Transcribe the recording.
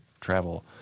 travel